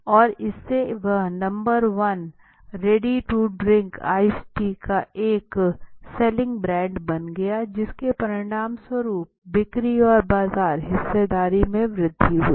और इससे वह नंबर एक ready to drink ice tea का एक सेलिंग ब्रांड बन गया जिसके परिणामस्वरूप बिक्री और बाजार हिस्सेदारी में वृद्धि हुई